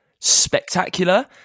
spectacular